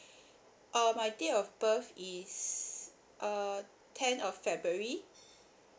um my date of birth is uh ten of february